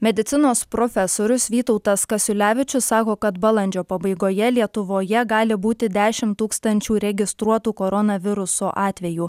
medicinos profesorius vytautas kasiulevičius sako kad balandžio pabaigoje lietuvoje gali būti dešimt tūkstančių registruotų koronaviruso atvejų